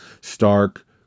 Stark